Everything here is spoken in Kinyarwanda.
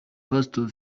pastor